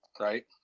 right